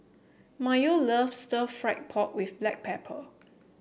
Mayo loves Stir Fried Pork with Black Pepper